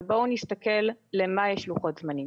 אבל בואו נסתכל למה יש לוחות זמנים.